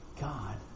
God